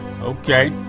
Okay